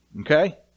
Okay